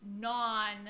non